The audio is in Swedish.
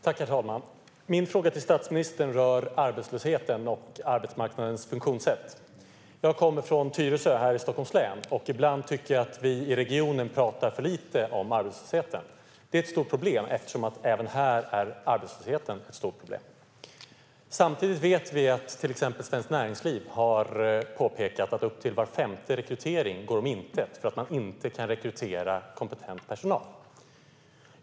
Herr talman! Min fråga till statsministern rör arbetslösheten och arbetsmarknadens funktionssätt. Jag kommer från Tyresö i Stockholms län. Jag tycker att vi ibland talar för lite om arbetslösheten i regionen. Det är ett problem eftersom arbetslösheten även här är ett stort problem. Samtidigt har Svenskt Näringsliv påpekat att upp till var femte rekrytering går om intet för att man inte kan rekrytera kompetent personal.